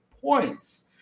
points